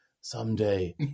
someday